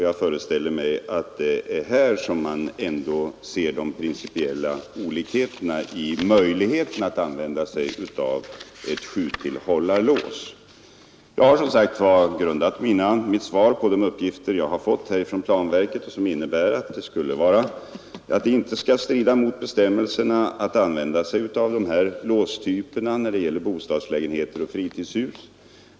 Jag föreställer mig att det är här som man ändå ser de principiella olikheterna i möjligheterna att använda sjutillhållarlås. Jag har som sagt grundat mitt svar på de uppgifter jag fått från planverket och som innebär att det inte skall strida mot bestämmelserna att använda sådana låstyper för bostadslägenheter och fritidshus.